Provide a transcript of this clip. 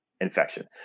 infection